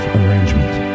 arrangement